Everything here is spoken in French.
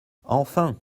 enfin